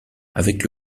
avec